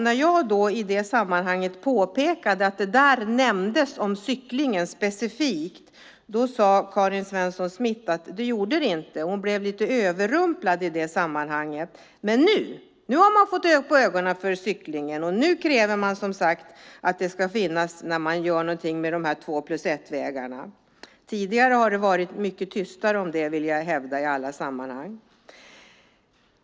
När jag i det sammanhanget påpekade att cyklingen i betänkandet nämndes specifikt sade Karin Svensson Smith att det inte gjorde det. Hon blev lite överrumplad i det sammanhanget. Men nu har man fått upp ögonen för cyklingen, och nu kräver man som sagt att cyklingen ska finnas med när man gör någonting med de här två-plus-ett-vägarna. Tidigare har det varit mycket tystare om det i alla sammanhang, vill jag hävda.